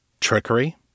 Trickery